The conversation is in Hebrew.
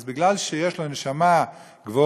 אז בגלל שיש לו נשמה גבוהה,